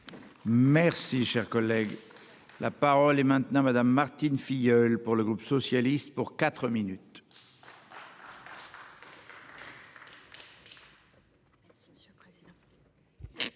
Merci cher collègue. La parole est maintenant Madame Martine Filleul pour le groupe socialiste pour 4 minutes. Monsieur le président,